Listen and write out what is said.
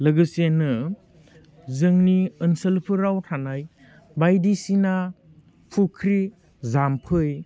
लोगोसेनो जोंनि ओनसोलफोराव थानाय बायदिसिना फुख्रि जाम्फै